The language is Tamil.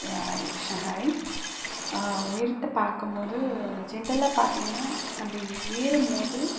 யா ரிக்ஷா ஹரி உயரத்தை பார்க்கம் போது ஜென்ரலாக பார்த்தீங்கன்னா நம்ம ஏறும் போது